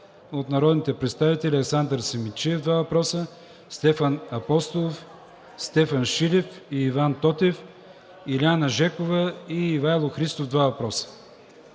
от народните представители Александър Симидчиев – два въпроса; Стефан Апостолов; Стефан Шилев и Иван Тотев; Илиана Жекова и Ивайло Христов – два въпроса;